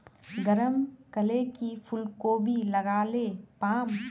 गरम कले की फूलकोबी लगाले पाम?